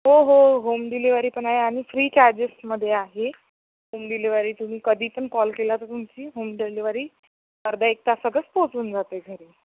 हो हो home delivery पण आहे आणि फ्री चार्जेसमध्ये आहे होम डिलेवरी तुम्ही कधी पण कॉल केला तर तुमची होम डिलेवरी अर्ध्या एक तासातच पोहोचून जाते घरी